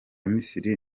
misiri